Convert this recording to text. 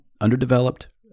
underdeveloped